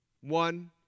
one